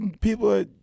people